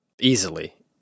Easily